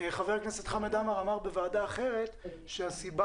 ח"כ חמד עמאר אמר בוועדה אחרת שהסיבה